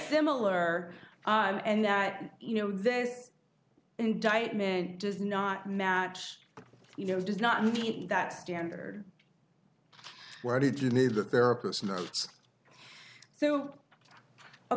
similar and that you know this indictment does not match you know does not mean that standard where did you need the therapist nerved so a